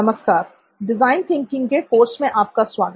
नमस्कार design thinking के course में आपका स्वागत है